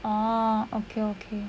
oh okay okay